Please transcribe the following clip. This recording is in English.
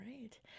right